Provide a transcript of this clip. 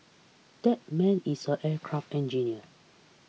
that man is an aircraft engineer